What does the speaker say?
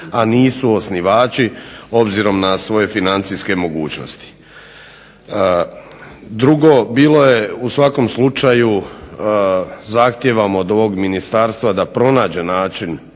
a nisu osnivači obzirom na svoje financijske mogućnosti. Drugo bilo je, u svakom slučaju zahtijevamo od ovog ministarstva da pronađe način